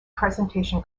presentation